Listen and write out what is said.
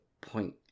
point